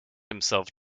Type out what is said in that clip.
himself